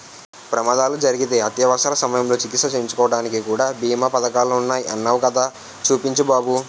ప్రమాదాలు జరిగితే అత్యవసర సమయంలో చికిత్స చేయించుకోడానికి కూడా బీమా పదకాలున్నాయ్ అన్నావ్ కదా చూపించు బాబు